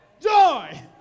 joy